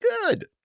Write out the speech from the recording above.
good